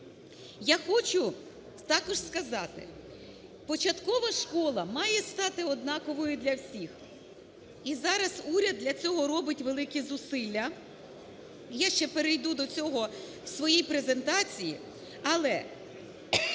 Я хочу також сказати, початкова школа має стати однаковою для всіх. І зараз уряд для цього робить великі зусилля, я ще перейду до цього в своїй презентації.